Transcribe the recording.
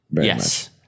yes